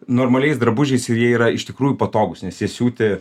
normaliais drabužiais ir jie yra iš tikrųjų patogūs nes jie siūti